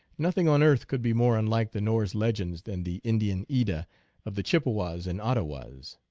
nothing on earth could be more unlike the norse legends than the indian edda of the chippewas and ottawas.